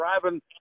driving